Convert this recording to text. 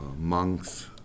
monks